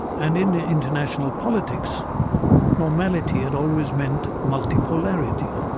and in ah international politics normality had always meant multipolarity,